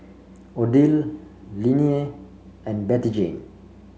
Odile Linnea and Bettyjane